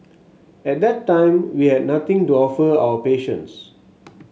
at that time we had nothing to offer our patients